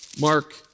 Mark